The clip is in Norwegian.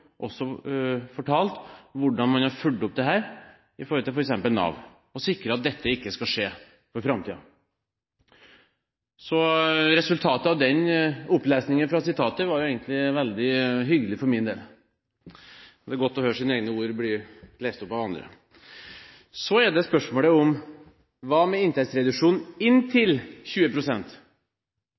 også fortalt hvordan man har fulgt opp dette i forhold til f.eks. Nav og sikret at dette ikke skal skje i framtiden. Så resultatet av opplesningen av sitatene var egentlig veldig hyggelig for min del. Det er godt å høre sine egne ord bli lest opp av andre. Så er spørsmålet: Hva med inntektsreduksjon inntil